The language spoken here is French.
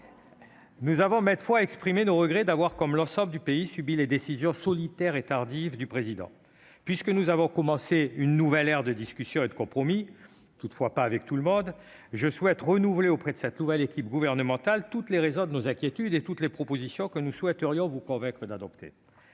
Nous avons maintes fois exprimé nos regrets d'avoir, comme l'ensemble du pays, subi les décisions solitaires et tardives du Président de la République. Puisque nous avons commencé une nouvelle ère de discussion et de compromis- mais pas avec tout le monde ....-, je souhaite renouveler auprès de cette nouvelle équipe gouvernementale toutes les raisons de nos inquiétudes et toutes les propositions que nous souhaiterions vous convaincre d'adopter.